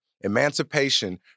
Emancipation